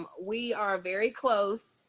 um we are very close.